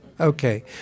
Okay